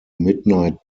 midnight